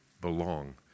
belong